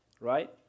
Right